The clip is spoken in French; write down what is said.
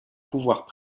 pouvoir